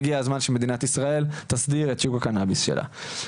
שהגיע הזמן שמדינת ישראל תסדיר את שוק הקנאביס שלה.